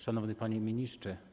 Szanowny Panie Ministrze!